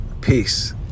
Peace